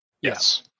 Yes